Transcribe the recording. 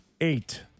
eight